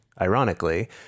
ironically